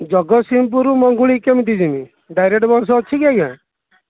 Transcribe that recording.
ଜଗତସିଂହପୁରରୁ ମଙ୍ଗୁଳିକି କେମିତି ଯିବି ଡାଇରେକ୍ଟ୍ ବସ୍ ଅଛି କି ଆଜ୍ଞା